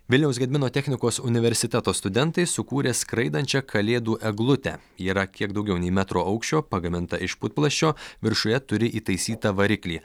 vilniaus gedimino technikos universiteto studentai sukūrė skraidančią kalėdų eglutę yra kiek daugiau nei metro aukščio pagaminta iš putplasčio viršuje turi įtaisytą variklį